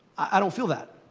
i don't feel that.